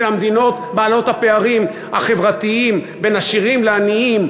המדינות בעלות הפערים החברתיים בין עשירים לעניים,